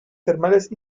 termales